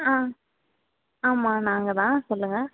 ஆ ஆமாம் நாங்கள் தான் சொல்லுங்கள்